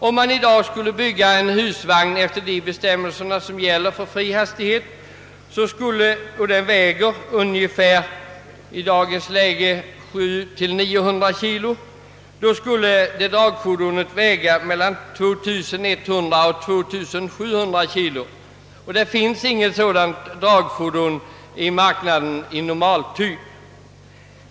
Om man i dag skulle bygga en husvagn efter de bestämmelser som gäller för fri fart skulle, med hänsyn till att husvagnarna i dag väger mellan 700 och 900 kg, dragfordonet väga mellan 2100 och 2700 kg, och det finns inget sådant dragfordon av normaltyp i marknaden.